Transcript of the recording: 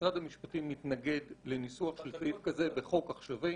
משרד המשפטים מתנגד לניסוח של סעיף כזה בחוק עכשווי.